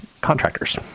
contractors